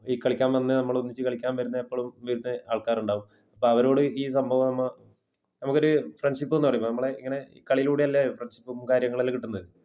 ഈ കളിക്കാന് വന്ന നമ്മൾ ഒന്നിച്ച് കളിക്കാന് വരുന്ന എപ്പോഴും വരുന്ന ആള്ക്കാരുണ്ടാവും അപ്പോൾ അവരോട് ഈ സംഭവം നമ്മൾ നമുക്ക് ഒരു ഫ്രണ്ട്ഷിപ്പ് എന്ന് പറയുമ്പം നമ്മളെ ഇങ്ങനെ ഈ കളിയിലൂടെ അല്ലേ ഫ്രണ്ട്ഷിപ്പും കാര്യങ്ങളെല്ലാം കിട്ടുന്നത്